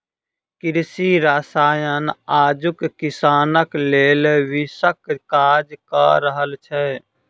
कृषि रसायन आजुक किसानक लेल विषक काज क रहल छै